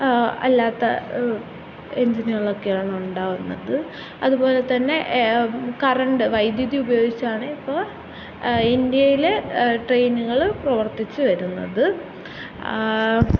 അല്ലാത്ത എഞ്ചിനുകളൊക്കെയാണ് ഉണ്ടാകുന്നത് അതുപോലെത്തന്നെ കറണ്ട് വൈദ്യുതി ഉപയോഗിച്ചാണ് ഇപ്പോള് ഇന്ത്യയില് ട്രെയിനുകള് പ്രവർത്തിച്ചുവരുന്നത്